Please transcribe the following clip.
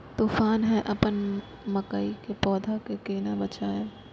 तुफान है अपन मकई के पौधा के केना बचायब?